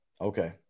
Okay